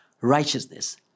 righteousness